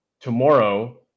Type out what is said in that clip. tomorrow